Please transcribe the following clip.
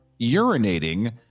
urinating